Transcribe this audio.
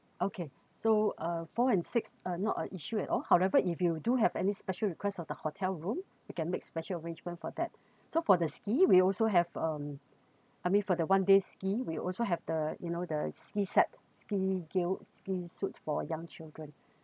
okay so uh four and six uh not a issue at all however if you do have any special request of the hotel room we can make special arrangements for that so for the ski we also have um I mean for the one day ski we also have the you know the ski sets ski gill ski suits for young children